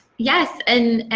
yes, and